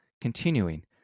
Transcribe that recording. Continuing